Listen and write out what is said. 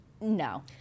no